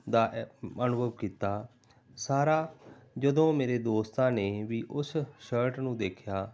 ਦਾ ਐ ਅਨੁਭਵ ਕੀਤਾ ਸਾਰਾ ਜਦੋਂ ਮੇਰੇ ਦੋਸਤਾਂ ਨੇ ਵੀ ਉਸ ਸ਼ਰਟ ਨੂੰ ਦੇਖਿਆ